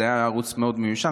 זה ערוץ מאוד מיושן.